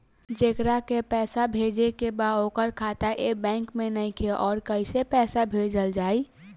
जेकरा के पैसा भेजे के बा ओकर खाता ए बैंक मे नईखे और कैसे पैसा भेजल जायी?